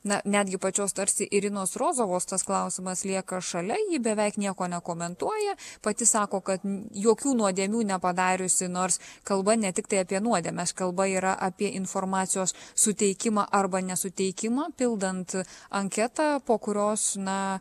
na netgi pačios tarsi irinos rozovos tas klausimas lieka šalia ji beveik nieko nekomentuoja pati sako kad jokių nuodėmių nepadariusi nors kalba ne tiktai apie nuodėmes kalba yra apie informacijos suteikimą arba nesuteikimą pildant anketą po kurios na